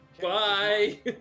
bye